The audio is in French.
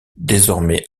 désormais